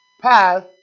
path